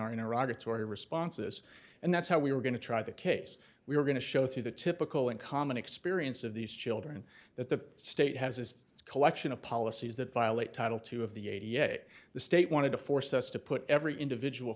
our in iraq it's already responses and that's how we were going to try the case we were going to show through the typical and common experience of these children that the state has its collection of policies that violate title two of the eight yet the state wanted to force us to put every individual